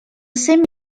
same